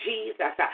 Jesus